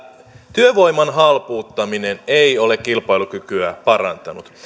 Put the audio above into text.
työvoiman halpuuttaminen ei ole kilpailukykyä parantanut